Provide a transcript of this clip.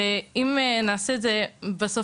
אז אני מאמינה שאם נעשה את זה ביחד,